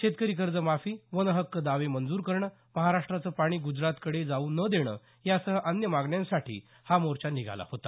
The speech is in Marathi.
शेतकरी कर्ज माफी वन हक्क दावे मंजूर करणं महाराष्ट्राचं पाणी गुजरातकडे जाऊ न देणं यासह अन्य मागण्यांसाठी हा मोर्चा निघाला होता